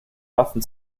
waffen